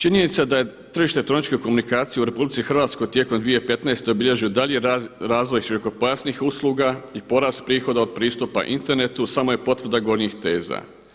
Činjenica da je tržište elektroničke komunikacije u RH tijekom 2015. obilježio dalji razvoj širokopojasnih usluga i porast prihoda od pristupa internetu samo je potvrda gornjih teza.